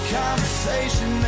conversation